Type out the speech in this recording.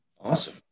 Awesome